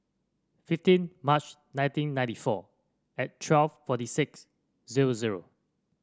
fifteen March nineteen ninety four and twelve forty six zero zero